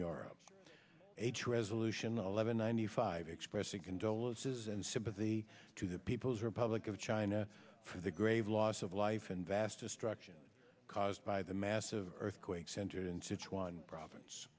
your h resolution of eleven ninety five expressing condolences and sympathy to the people's republic of china for the grave loss of life and vast destruction caused by the massive earthquake centered in sichuan province